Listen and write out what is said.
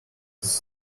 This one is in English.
his